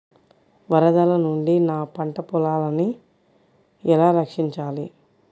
వరదల నుండి నా పంట పొలాలని ఎలా రక్షించాలి?